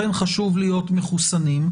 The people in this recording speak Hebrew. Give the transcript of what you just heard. לכן חשוב להיות מחוסנים,